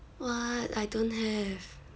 what I don't have